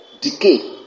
Decay